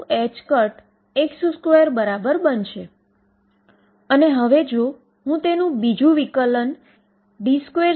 તોચાલો આપણે હવે તે અહીં મુકીએ